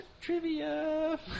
Trivia